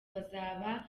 bazaba